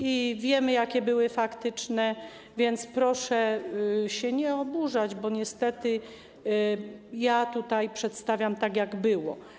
i wiemy, jak było faktycznie, więc proszę się nie oburzać, bo niestety ja tutaj przedstawiam, tak jak było.